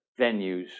venues